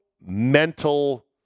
mental